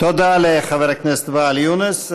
תודה לחבר הכנסת ואאל יונס.